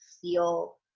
feel